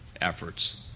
efforts